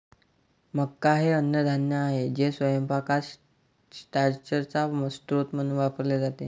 मका हे अन्नधान्य आहे जे स्वयंपाकात स्टार्चचा स्रोत म्हणून वापरले जाते